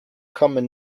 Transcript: common